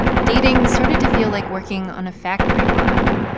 dating started to feel like working on a factory line,